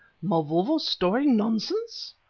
mavovo's story nonsense!